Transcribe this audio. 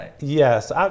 Yes